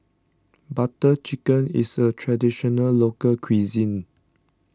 Butter Chicken is a Traditional Local Cuisine